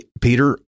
Peter